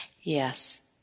Yes